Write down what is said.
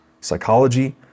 psychology